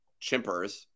chimpers